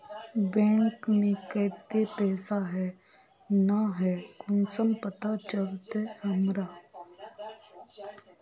Bank में केते पैसा है ना है कुंसम पता चलते हमरा?